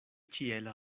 ĉiela